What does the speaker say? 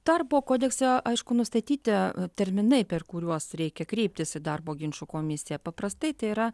darbo kodekse aišku nustatyti terminai per kuriuos reikia kreiptis į darbo ginčų komisiją paprastai tai yra